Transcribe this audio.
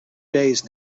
days